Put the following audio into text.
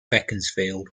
beaconsfield